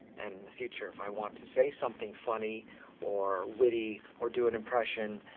in the future, if i want to say something funny or witty or do an impression,